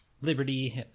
Liberty